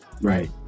Right